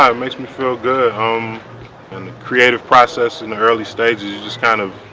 um makes me feel good um and creative process in the early stages you just kind of